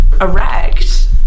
erect